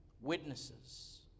Witnesses